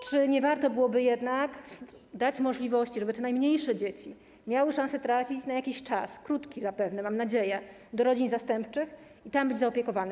Czy nie warto byłoby jednak dać możliwości, żeby te najmniejsze dzieci miały szansę trafić na jakiś czas - krótki zapewne, mam nadzieję - do rodzin zastępczych i tam być zaopiekowane?